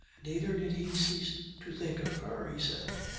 neither did he cease to think of her, he said,